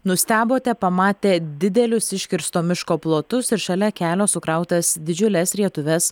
nustebote pamatę didelius iškirsto miško plotus ir šalia kelio sukrautas didžiules rietuves